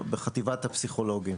בחטיבת הפסיכולוגים.